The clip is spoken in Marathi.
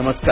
नमस्कार